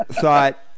thought